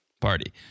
party